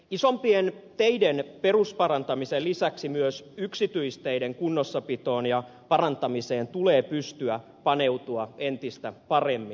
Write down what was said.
isompien teiden perusparantamisen lisäksi myös yksityisteiden kunnossapitoon ja parantamiseen tulee pystyä paneutumaan entistä paremmin